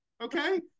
okay